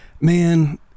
man